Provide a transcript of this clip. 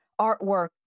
artwork